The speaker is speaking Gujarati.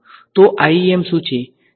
તો IEM શું છે